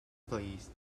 please